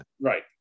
Right